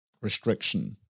restriction